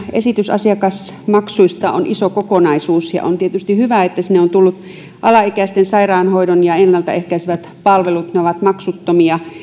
esitys asiakasmaksuista on iso kokonaisuus ja on tietysti hyvä että sinne on tullut se että alaikäisten sairaanhoidon palvelut ja ennalta ehkäisevät palvelut ovat maksuttomia